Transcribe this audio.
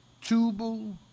Tubal